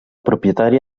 propietari